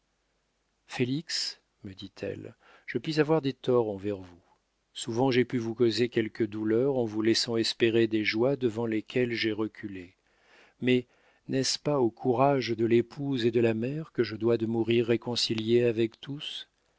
félix me dit-elle je puis avoir des torts envers vous souvent j'ai pu vous causer quelques douleurs en vous laissant espérer des joies devant lesquelles j'ai reculé mais n'est-ce pas au courage de l'épouse et de la mère que je dois de mourir réconciliée avec tous